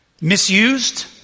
misused